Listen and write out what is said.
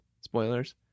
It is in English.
Spoilers